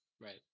Right